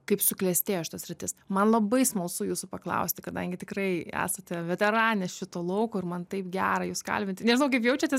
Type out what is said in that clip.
kaip suklestėjo šita sritis man labai smalsu jūsų paklausti kadangi tikrai esate veteranė šito lauko ir man taip gera jus kalbinti nežinau kaip jaučiatės